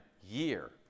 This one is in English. year